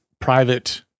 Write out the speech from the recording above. private